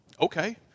okay